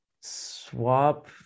Swap